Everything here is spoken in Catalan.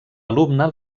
alumne